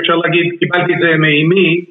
אפשר להגיד קיבלתי את זה מאמי